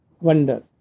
Wonder